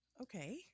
Okay